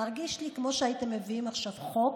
אני מרגישה כמו שהייתם מביאים עכשיו חוק